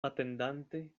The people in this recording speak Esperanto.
atendante